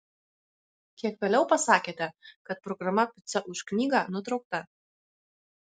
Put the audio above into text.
kiek vėliau pasakėte kad programa pica už knygą nutraukta